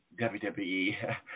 WWE